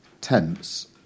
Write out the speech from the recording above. tense